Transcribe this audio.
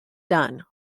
done